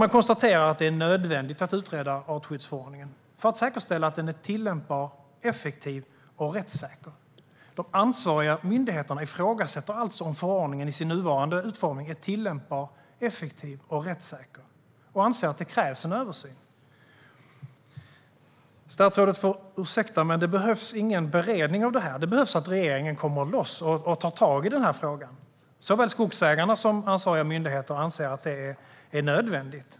Man konstaterar att det är nödvändigt att utreda artskyddsförordningen för att säkerställa att den är tillämpbar, effektiv och rättssäker. De ansvariga myndigheterna ifrågasätter alltså om förordningen i sin nuvarande utformning är tillämpbar, effektiv och rättssäker och anser att det krävs en översyn. Statsrådet får ursäkta, men det behövs ingen beredning av det här. Vad som behövs är att regeringen kommer loss och tar tag i frågan. Såväl skogsägarna som ansvariga myndigheter anser att det är nödvändigt.